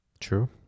True